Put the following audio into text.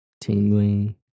Tingling